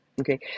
Okay